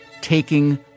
taking